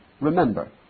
remember